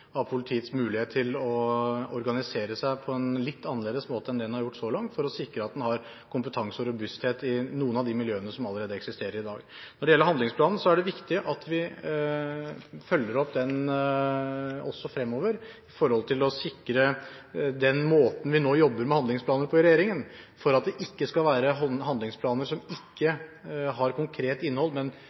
av politiets mulighet til å organisere seg på en litt annerledes måte enn det en har gjort så langt, for å sikre at en har kompetanse og robusthet i noen av de miljøene som allerede eksisterer i dag. Når det gjelder handlingsplanen, er det viktig at vi følger opp den også fremover med hensyn til å sikre den måten vi nå jobber med handlingsplaner på i regjeringen, for at det ikke skal være handlingsplaner som ikke har konkret innhold,